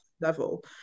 level